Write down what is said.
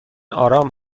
آرام